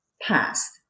past